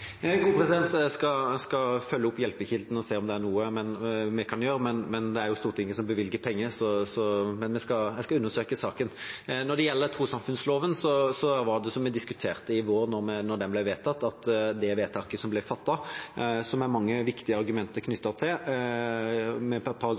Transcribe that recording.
Jeg skal følge opp Hjelpekilden og se om det er noe vi kan gjøre, men det er jo Stortinget som bevilger penger. Men jeg skal undersøke saken. Når det gjelder trossamfunnsloven, var det som vi diskuterte i vår da den ble vedtatt, at det vedtaket som ble fattet om § 6 – som det er mange viktige argumenter